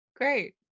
great